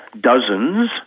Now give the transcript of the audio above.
dozens